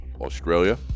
Australia